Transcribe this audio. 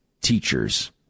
teachers